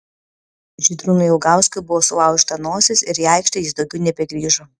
žydrūnui ilgauskui buvo sulaužyta nosis ir į aikštę jis daugiau nebegrįžo